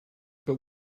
but